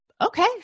Okay